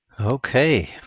Okay